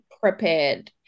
prepared